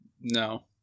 no